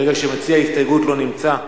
ברגע שמציע ההסתייגות לא נמצא,